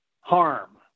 harm